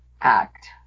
act